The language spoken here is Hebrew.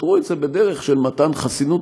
פתרו את זה בדרך של מתן חסינות,